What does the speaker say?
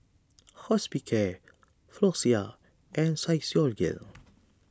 Hospicare Floxia and Physiogel